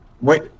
Wait